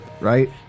right